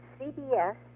CBS